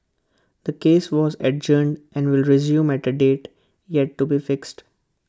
the case was adjourned and will resume at A date yet to be fixed